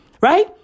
right